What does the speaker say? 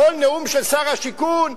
כל נאום של שר השיכון,